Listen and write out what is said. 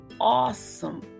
awesome